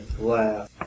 laugh